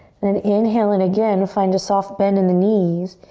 then inhale in again, find a soft bend in the knees.